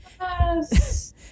Yes